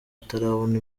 atarabona